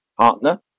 partner